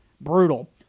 Brutal